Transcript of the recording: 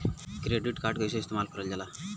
Credit card कईसे इस्तेमाल करल जाला?